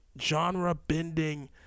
genre-bending